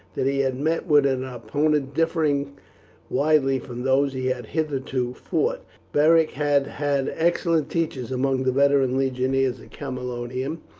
that he had met with an opponent differing widely from those he had hitherto fought. beric had had excellent teachers among the veteran legionaries at camalodunum,